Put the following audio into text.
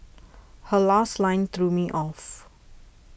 her last line threw me off